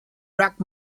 rack